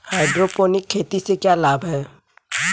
Hydroponic खेती से क्या लाभ हैं?